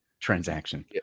transaction